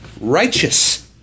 Righteous